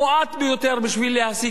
בשביל להשיג שלום,